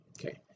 Okay